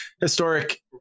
historic